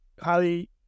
highly